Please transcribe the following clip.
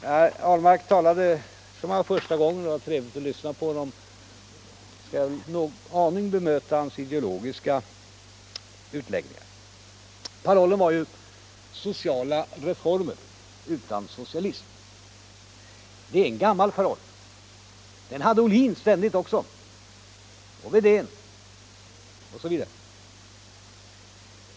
Herr Ahlmark talade ju för första gången som partiledare i en allmänpolitisk debatt, och det var trevligt att lyssna på honom. Jag skall en aning bemöta hans ideologiska utläggningar. Parollen var: Sociala reformer utan socialism. Det är en gammal paroll — den fördes ständigt fram också av herr Ohlin, herr Wedén osv.